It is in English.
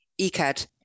ECAD